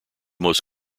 most